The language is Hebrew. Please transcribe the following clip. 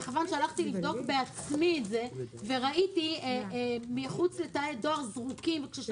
הלכתי לבדוק את זה בעצמי וראיתי מחוץ לתאי דואר זרוקים דברי דואר.